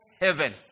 heaven